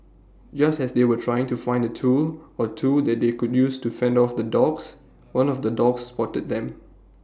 just as they were trying to find A tool or two that they could use to fend off the dogs one of the dogs spotted them